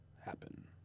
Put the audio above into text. happen